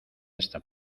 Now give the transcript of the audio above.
esta